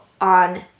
on